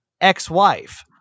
ex-wife